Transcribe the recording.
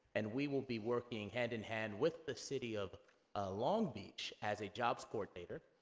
and, we will be working hand-in-hand with the city of ah long beach as a jobs coordinator,